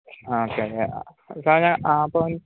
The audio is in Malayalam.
ആ ഓക്കെ ഓക്കെ സാറെ ഞാൻ ആ അപ്പം